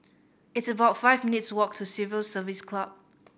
it's about five minutes' walk to Civil Service Club